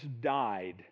died